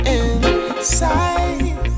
inside